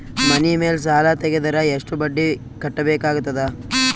ಮನಿ ಮೇಲ್ ಸಾಲ ತೆಗೆದರ ಎಷ್ಟ ಬಡ್ಡಿ ಕಟ್ಟಬೇಕಾಗತದ?